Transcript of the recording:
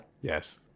Yes